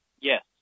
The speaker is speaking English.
Yes